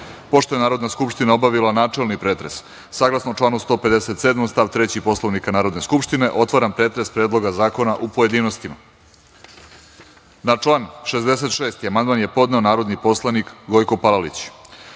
je Narodna skupština obavila načelni pretres, saglasno članu 157. stav 3. Poslovnika Narodne skupštine, otvaram pretres Predloga zakona u pojedinostima. Na član 66. amandman je podneo narodni poslanik Gojko Palalić. Vlada